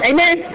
Amen